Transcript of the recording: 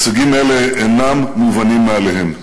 הישגים אלה אינם מובנים מאליהם.